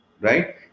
right